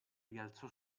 rialzò